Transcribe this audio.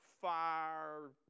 fire